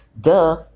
duh